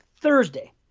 Thursday